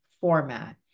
format